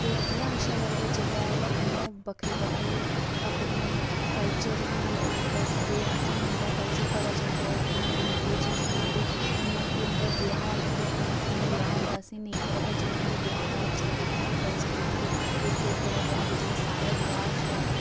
ते बड़ा अच्छा लगदा जेल्लै दौनों बक्खरे बक्खरे अपनी कल्चर गी दसदे असेंगी उंदा कल्चर पता चलदा ओह् कियां कियां केह् चीज़ बनांदे जियां कि उंदे ब्याह् होंदा कियां ब्याह् होंदा नेईं पता पर जेल्लै उंदे ब्याह् होंदा ते अस जंदे ते उत्थें जाइयै पता चलदा कि इंदे किस तरह दा ब्याह् होंदा ते साढ़े ब्याह्